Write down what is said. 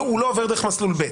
הוא לא עובר דרך מסלול ב'.